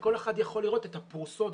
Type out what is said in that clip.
וכל אחד יכול לראות את הפרוסות.